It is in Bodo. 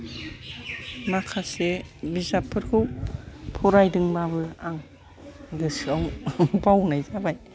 माखासे बिजाबफोरखौ फरायदोंबाबो आं गासोयाव बावनाय जाबाय